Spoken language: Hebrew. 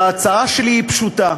ההצעה שלי היא פשוטה,